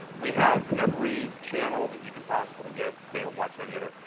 we have every channel that you could possibly get, they don't watch any of it.